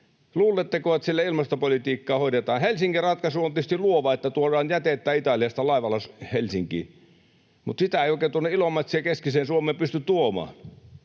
Luuletteko, että sillä ilmastopolitiikkaa hoidetaan? Helsingin ratkaisu on tietysti luova, että tuodaan jätettä Italiasta laivalla Helsinkiin, mutta sitä ei oikein tuonne Ilomantsiin ja keskiseen Suomeen pysty tuomaan,